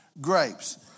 grapes